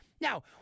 Now